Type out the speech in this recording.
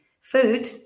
food